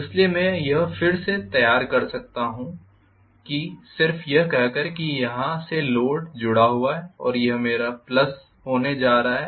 इसलिए मैं यह फिर से तैयार कर सकता हूं सिर्फ यह कहकर कि यहां से लोड जुड़ा हुआ है और यह मेरा प्लस होने जा रहा है